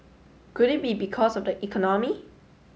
could it be because of the economy